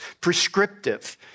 prescriptive